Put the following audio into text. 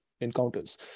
encounters